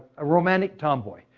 a romantic tomboy.